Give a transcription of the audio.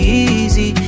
easy